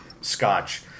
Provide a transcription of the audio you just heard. scotch